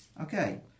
Okay